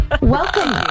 Welcome